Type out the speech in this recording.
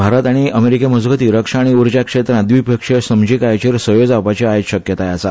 भारत आनी अमेरीके मजगती रक्षा आनी उर्जा क्षेत्रात व्दिपक्षीय समजिकायेचेर सयो जावपाची आयज शक्यताय आसा